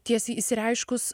tiesiai išsireiškus